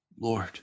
Lord